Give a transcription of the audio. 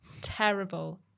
terrible